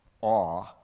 awe